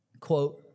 quote